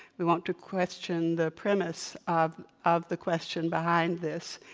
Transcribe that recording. we want to question the premise of of the question behind this.